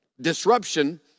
Disruption